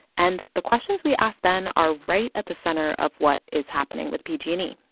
and the questions we asked then are right at the center of what is happening with pg